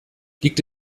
liegt